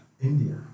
India